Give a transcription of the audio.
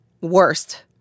worst